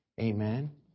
Amen